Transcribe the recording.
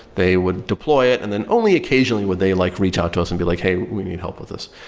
they would deploy it and then only occasionally would they like reach out to us and be like, hey, we need help with this.